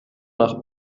nach